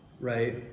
right